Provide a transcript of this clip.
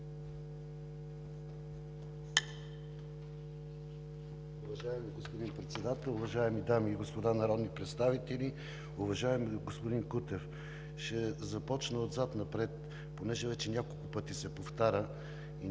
Уважаеми господин Председател, уважаеми дами и господа народни представители! Уважаеми господин Кутев, ще започна отзад напред. Понеже вече няколко пъти се повтаря и знаем,